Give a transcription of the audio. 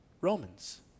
Romans